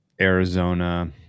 Arizona